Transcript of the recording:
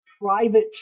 private